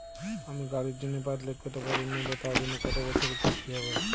আমি গাড়ির জন্য পাঁচ লক্ষ টাকা ঋণ নেবো তার জন্য কতো বছরের কিস্তি হবে?